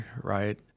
right